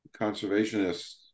conservationists